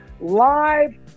live